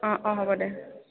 অঁ অঁ হ'ব দে